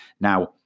Now